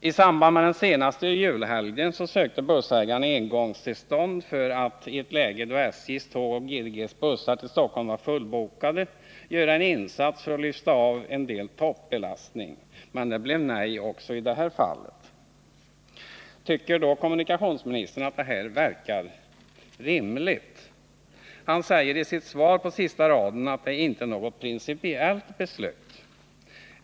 I samband med den senaste julhelgen sökte bussägaren engångstillstånd för att, i ett läge då SJ:s tåg och GDG:s bussar till Stockholm var fullbokade, göra en insats för att lyfta av en toppbelastning. Men det blev nej också i det här fallet. Tycker kommunikationsministern att det här verkar rimligt? I slutet av sitt svar säger kommunikationsministern att det inte är något principiellt beslut.